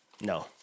No